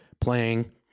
playing